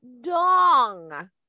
dong